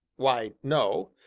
why, no.